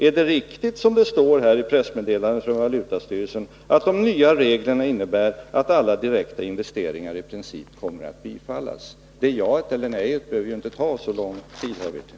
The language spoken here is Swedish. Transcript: Är det riktigt, som det står i pressmeddelandet från valutastyrelsen, att de nya reglerna innebär att alla krav på direkta investeringar i princip kommer att bifallas? Att säga ett sådant ja eller nej behöver inte ta så lång tid, herr Wirtén.